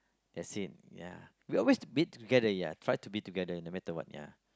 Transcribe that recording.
that's it ya we always meet together ya try to meet together no matter what ya